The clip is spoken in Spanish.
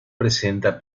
presenta